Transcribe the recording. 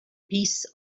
piece